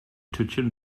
tütchen